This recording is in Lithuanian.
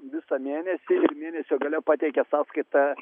visą mėnesį ir mėnesio gale pateikia sąskaitą